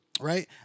Right